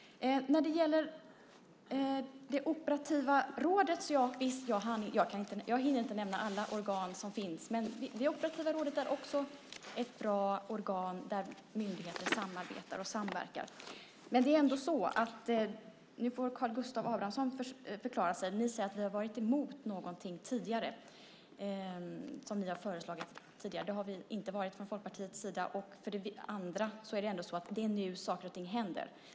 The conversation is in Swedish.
Jag hinner inte nämna alla organ som finns. Det operativa rådet är också ett bra organ där myndigheter samarbetar och samverkar. Nu får Karl Gustav Abramsson förklara sig. Du säger att vi tidigare har varit emot något som ni har föreslagit. Det har vi inte varit från Folkpartiets sida. Det är ändå nu saker händer.